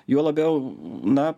juo labiau na